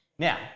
Now